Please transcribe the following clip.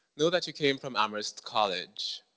know that you came from amherst college,